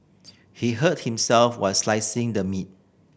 he hurt himself while slicing the meat